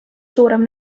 suurem